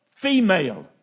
female